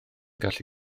gallu